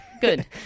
Good